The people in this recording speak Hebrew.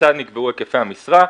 כיצד נקבעו היקפי המשרה.